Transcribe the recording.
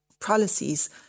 policies